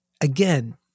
again